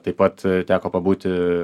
taip pat teko pabūti